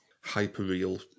hyper-real